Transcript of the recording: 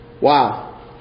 Wow